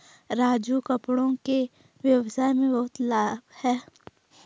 राजू कपड़ों के व्यवसाय में बहुत लाभ है